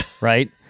right